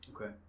Okay